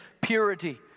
purity